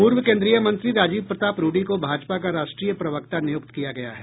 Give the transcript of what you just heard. पूर्व केन्द्रीय मंत्री राजीव प्रताप रूडी को भाजपा का राष्ट्रीय प्रवक्ता नियुक्त किया गया है